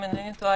אם אינני טועה,